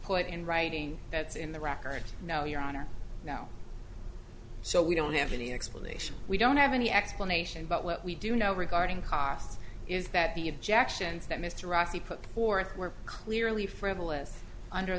put in writing that's in the record no your honor now so we don't have any explanation we don't have any explanation but what we do know regarding costs is that the objections that mr rossi put forth were clearly frivolous under